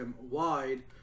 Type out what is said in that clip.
wide